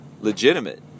Legitimate